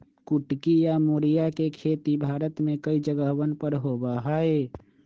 कुटकी या मोरिया के खेती भारत में कई जगहवन पर होबा हई